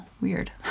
weird